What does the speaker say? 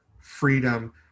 freedom